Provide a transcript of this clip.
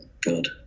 good